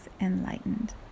enlightened